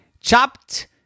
chopped